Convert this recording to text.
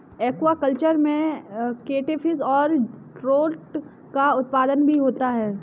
aquaculture में catfish और trout का उत्पादन भी होता है